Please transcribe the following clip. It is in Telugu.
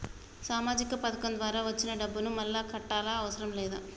సామాజిక పథకం ద్వారా వచ్చిన డబ్బును మళ్ళా కట్టాలా అవసరం లేదా?